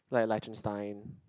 like Liechtenstein